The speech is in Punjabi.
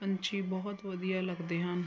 ਪੰਛੀ ਬਹੁਤ ਵਧੀਆ ਲੱਗਦੇ ਹਨ